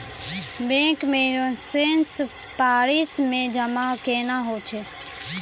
Bank के insurance policy मे जमा केना होय छै?